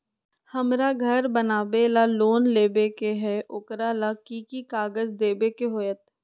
हमरा घर बनाबे ला लोन लेबे के है, ओकरा ला कि कि काग़ज देबे के होयत?